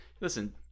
listen